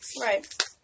Right